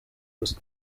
gusa